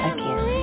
Again